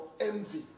envy